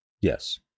Yes